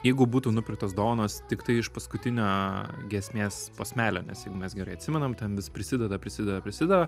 jeigu būtų nupirktos dovanos tiktai iš paskutinio giesmės posmelio nes jeigu mes gerai atsimenam ten vis prisideda prisideda prisideda